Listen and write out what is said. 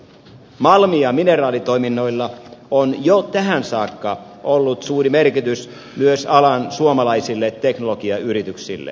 malmi ja mineraalitoiminnoilla on jo tähän saakka ollut suuri merkitys myös alan suomalaisille teknologiayrityksille